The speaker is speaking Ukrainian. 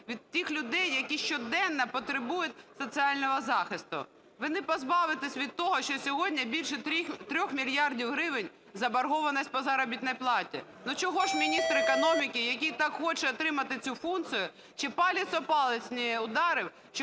від тих людей, які щоденно потребують соціального захисту. Ви не позбавитеся від того, що сьогодні більше 3 мільярдів гривень заборгованість по заробітній платі. Ну, чого ж міністр економіки, який так хоче отримати цю функцію,и палець об палець не вдарив,